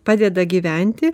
padeda gyventi